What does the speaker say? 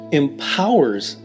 empowers